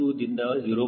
2 ದಿಂದ 0